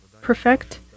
perfect